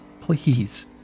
please